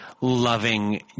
loving